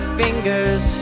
fingers